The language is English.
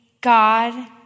God